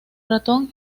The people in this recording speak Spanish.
ratón